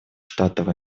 штатов